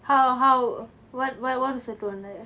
how how what what was her tone like